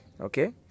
Okay